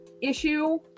issue